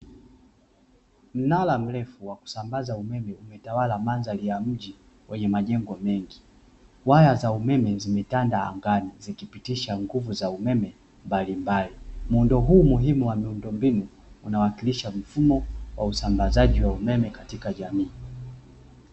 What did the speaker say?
Mnara mrefu wa kusambaza umeme umetawala manzali ya mji wenye majengo mengi, Waya za umeme zimetanda angani zikipitisha nguvu za umeme mbalimbali. muundo huu muhimu wa miundo mbinu unawakilisha mifumo wa usambazaji wa umeme katika jamii.